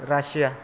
Russia